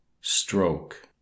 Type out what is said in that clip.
stroke